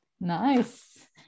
Nice